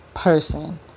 person